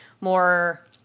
more